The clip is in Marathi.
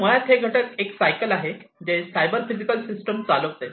तर मुळात हे देखील एक सायकल आहे जे सायबरफिजिकल सिस्टम चालवते